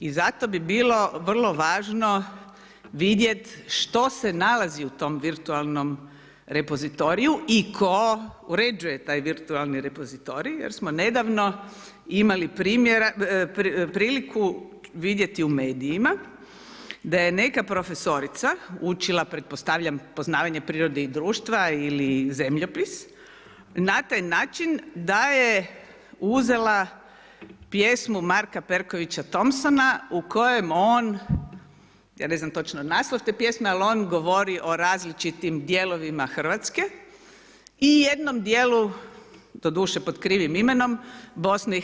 I zato bi bilo vrlo važno vidjeti što se nalazi u tom virtualnom repozitoriju i tko uređuje taj virtualni repozitorij jer smo nedavno imali priliku vidjeti u medijima da je neka profesorica učila pretpostavljam poznavanje prirodnih društva ili zemljopis na taj način da je uzela pjesmu Marka Perkovića Thompsona u kojem on ne znam točno naslov te pjesme, ali on govori o različitim dijelovima Hrvatske i jednom dijelu, doduše pod krivim imenom, BIH.